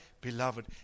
beloved